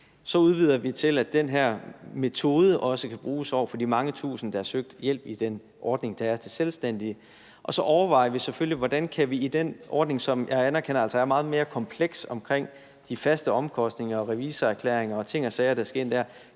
Så udvider vi til, at den her metode også kan bruges over for de mange tusinde, der har søgt hjælp i den ordning, der er til selvstændige. Og så overvejer vi selvfølgelig, hvordan vi i den ordning, som jeg anerkender altså er meget mere kompleks, omkring de faste omkostninger – revisorerklæringer og ting og sager, der skal ind under